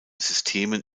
systemen